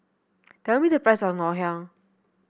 tell me the price of Ngoh Hiang